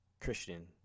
Christian